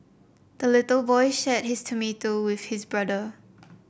the little boy shared his tomato with his brother